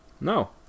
No